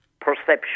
perception